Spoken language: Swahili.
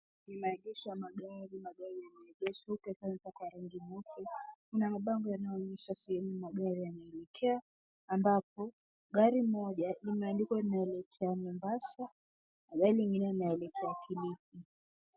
Ni maegesho ya magari , magari yameegeshwa, yakiwa rangi nyeupe. Kuna mabango yanayoonyesha sehemu magari yanaelekea, ambapo gari moja limeandikwa linaelekea Mombasa, na gari nyingine linaelekea kilifi.